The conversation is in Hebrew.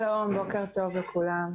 שלום לכולם.